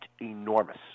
enormous